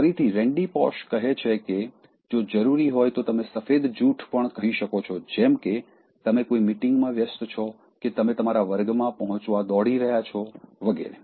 ફરીથી Randy Pausch કહે છે કે જો જરૂરી હોય તો તમે સફેદ જૂઠ પણ કહી શકો છો જેમ કે તમે કોઈ મીટિંગમાં વ્યસ્ત છો કે તમે તમારા વર્ગમાં પહોંચવા દોડી રહ્યા છો વગેરે